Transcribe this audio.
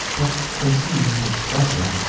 but they seemed expressive.